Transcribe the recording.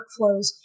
workflows